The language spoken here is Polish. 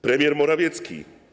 Premier Morawiecki.